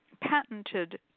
patented